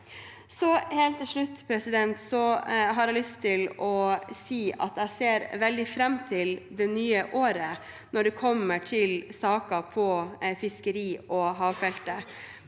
Helt til slutt har jeg lyst til å si at jeg ser veldig fram til det nye året når det kommer til saker på fiskeri- og havfeltet.